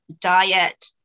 diet